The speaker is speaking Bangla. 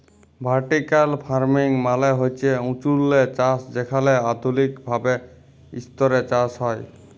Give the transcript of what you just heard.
ভার্টিক্যাল ফারমিং মালে হছে উঁচুল্লে চাষ যেখালে আধুলিক ভাবে ইসতরে চাষ হ্যয়